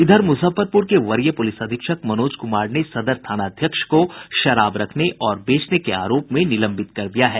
इधर मुजफ्फरपुर के वरीय पुलिस अधीक्षक मनोज कुमार ने सदर थानाध्यक्ष को शराब रखने और बेचने के आरोप में निलंबित कर दिया है